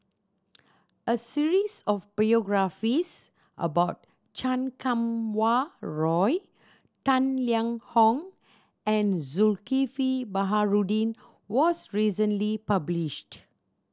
a series of biographies about Chan Kum Wah Roy Tang Liang Hong and Zulkifli Baharudin was recently published